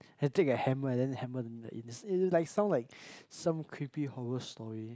and take a hammer and then hammer the needle in it it sound like some creepy horror story